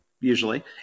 usually